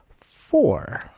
four